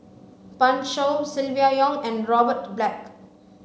Pan Shou Silvia Yong and Robert Black